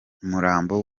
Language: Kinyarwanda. umurambo